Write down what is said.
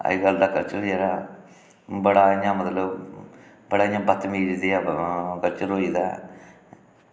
अजकल्ल दा कल्चर जेह्ड़ा बड़ा इ'यां मतलब बड़ा इ'यां बदतमीज जेहा कल्चर होई गेदा ऐ